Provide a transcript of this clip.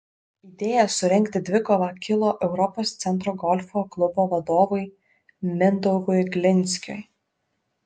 idėja surengti dvikovą kilo europos centro golfo klubo vadovui mindaugui glinskiui